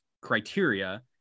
criteria